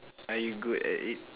are you good at it